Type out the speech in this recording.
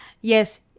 Yes